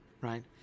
right